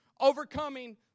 overcoming